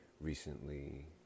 recently